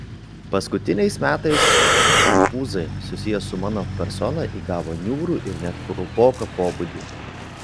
paskutiniais metais konfūzai susiję su mano persona įgavo niūrų ir net kraupoką pobūdį